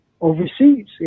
overseas